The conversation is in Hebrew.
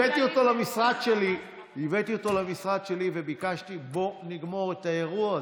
הבאתי אותו למשרד שלי וביקשתי: בוא נגמור את האירוע הזה,